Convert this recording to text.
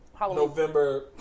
November